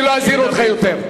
אני לא אזהיר אותך יותר.